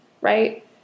right